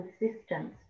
existence